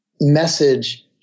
message